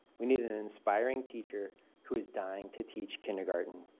we need an inspiring teacher who's dying to teach kindergarten.